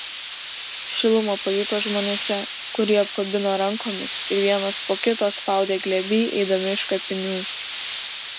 šilumą pajuto žmonėse kurie apkabino rankomis ir vienas po kito spaudė glėby eidami iš kapinių